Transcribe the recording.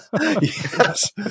Yes